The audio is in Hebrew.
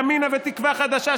ימינה ותקווה חדשה,